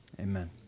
Amen